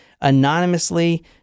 anonymously